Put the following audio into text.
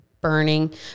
burning